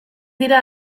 dira